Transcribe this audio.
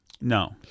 No